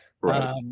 Right